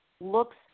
looks